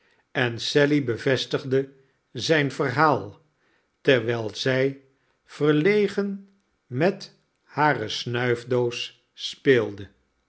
en sally bevestigde zijn verhaal terwijl zij verlegen met hare snuifdoos speelde